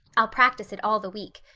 i'll practice it all the week.